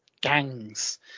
gangs